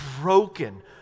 broken